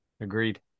Agreed